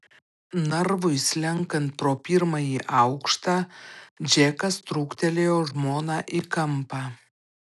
narvui slenkant pro pirmąjį aukštą džekas trūktelėjo žmoną į kampą